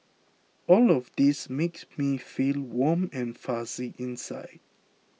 all of these makes me feel warm and fuzzy inside